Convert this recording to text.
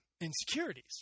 insecurities